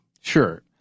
Sure